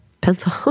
pencil